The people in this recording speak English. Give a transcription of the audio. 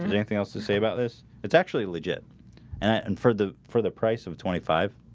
yeah anything else to say about this. it's actually legit and for the for the price of twenty five.